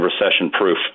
recession-proof